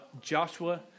Joshua